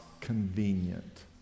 convenient